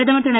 பிரதமர் திரு